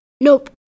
Nope